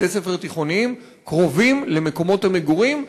בתי-ספר תיכוניים קרובים למקומות המגורים,